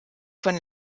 von